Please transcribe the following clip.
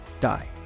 die